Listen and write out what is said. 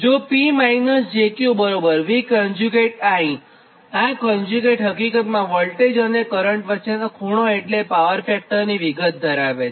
તો P - jQ VIઆ conjugate હકીકતમાં વોલ્ટેજ અને કરંટ વચ્ચેનો ખૂણો એટલે કે પાવર ફેક્ટરની વિગત ધરાવે છે